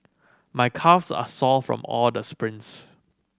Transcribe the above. my calves are sore from all the sprints